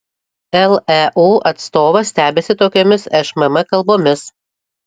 leu atstovas stebisi tokiomis šmm kalbomis